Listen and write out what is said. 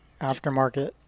aftermarket